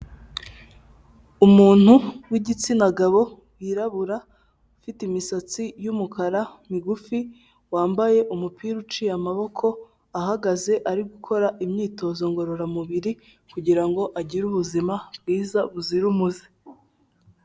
Umuntu w'igitsina gabo wirabura ufite imisatsi y'umukara migufi, wambaye umupira uciye amaboko, ahagaze ari gukora imyitozo ngororamubiri kugira ngo agire ubuzima bwiza buzira umuze.